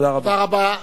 תודה רבה.